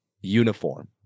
uniform